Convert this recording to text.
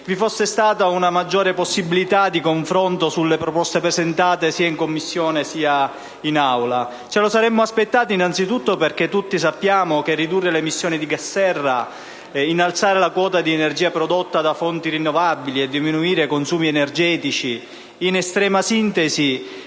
vi fosse stata una maggiore possibilità di confronto sulle proposte presentate sia in Commissione sia in Aula; ce lo saremmo aspettati innanzitutto perché tutti sappiamo che ridurre le emissioni di gas serra, innalzare la quota di energia prodotta da fonti rinnovabili e diminuire i consumi energetici in estrema sintesi